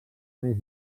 més